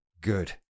Good